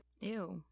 Ew